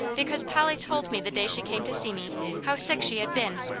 because polly told me the day she came to see me how sick she had been,